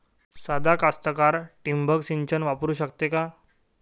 सादा कास्तकार ठिंबक सिंचन वापरू शकते का?